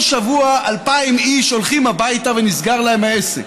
כל שבוע 2,000 איש הולכים הביתה ונסגר להם העסק.